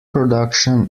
production